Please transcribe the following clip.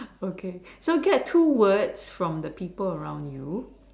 okay so get two words from the people around you